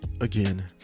again